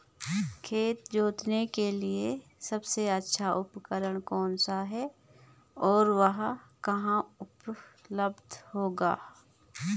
खेत जोतने के लिए सबसे अच्छा उपकरण कौन सा है और वह कहाँ उपलब्ध होगा?